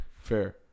Fair